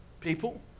people